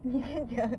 你先讲